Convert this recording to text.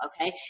okay